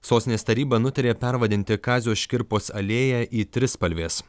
sostinės taryba nutarė pervadinti kazio škirpos alėją į trispalvės